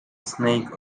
snake